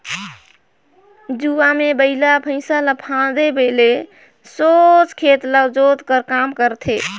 जुवा मे बइला भइसा ल फादे ले सोझ खेत ल जोत कर काम करथे